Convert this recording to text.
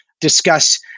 discuss